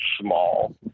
small